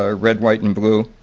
ah red, white, and blue,